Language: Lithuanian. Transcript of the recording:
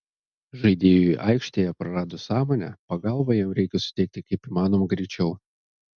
žaidėjui aikštėje praradus sąmonę pagalbą jam reikia suteikti kaip įmanoma greičiau